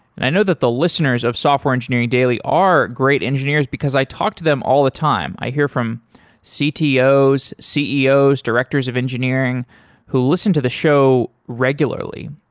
and i know that the listeners of software engineering daily are great engineers because i talked to them all the time. i hear from ctos, ceos, directors of engineering who listen to the show regularly.